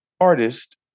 artist